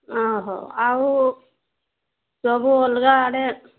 ଓ ହୋ ଆଉ ସବୁ ଅଲଗା ଆଡ଼େ